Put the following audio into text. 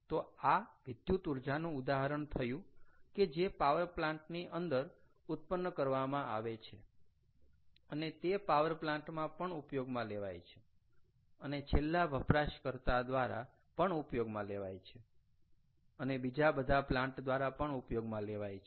તો આ વિદ્યુતઊર્જાનું ઉદાહરણ થયું કે જે પાવર પ્લાન્ટ ની અંદર ઉત્પન્ન કરવામાં આવે છે અને તે પાવર પ્લાન્ટ માં પણ ઉપયોગમાં લેવાય છે અને છેલ્લા વપરાશકર્તા દ્વારા પણ ઉપયોગમાં લેવાય છે અને બીજા બધા પ્લાન્ટ દ્વારા પણ ઉપયોગમાં લેવાય છે